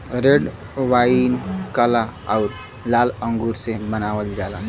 red wine काला आउर लाल अंगूर से बनावल जाला